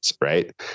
right